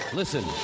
listen